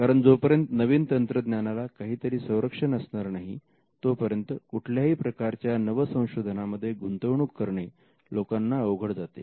कारण जोपर्यंत नवीन तंत्रज्ञानाला काहीतरी संरक्षण असणार नाही तोपर्यंत कुठल्याही प्रकारच्या नव संशोधनामध्ये गुंतवणूक करणे लोकांना अवघड जाते